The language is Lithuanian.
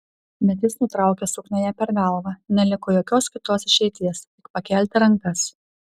bet jis nutraukė suknią jai per galvą neliko jokios kitos išeities tik pakelti rankas